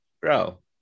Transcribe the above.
bro